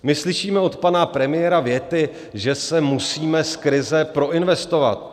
My slyšíme od pana premiéra věty, že se musíme z krize proinvestovat.